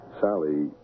Sally